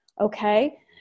okay